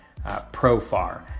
Profar